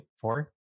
four